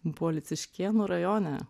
buvo liciškėnų rajone